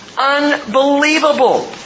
unbelievable